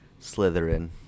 slytherin